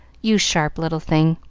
you sharp little thing!